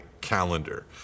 calendar